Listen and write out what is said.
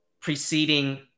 preceding